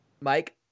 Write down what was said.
Mike